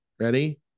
Ready